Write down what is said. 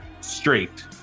straight